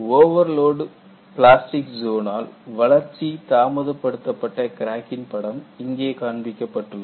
overload plastic zone ஆல் வளர்ச்சி தாமதப்படுத்த பட்ட கிராக்கின் படம் இங்கே காண்பிக்கப்பட்டுள்ளது